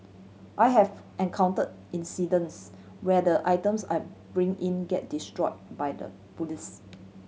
I have encounter incidents where the items I bring in get destroy by the police